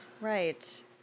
Right